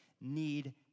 need